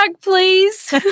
please